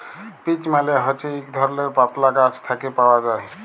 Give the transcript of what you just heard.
peach মালে হছে ইক ধরলের পাতলা গাহাচ থ্যাকে পাউয়া যায়